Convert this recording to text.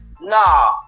nah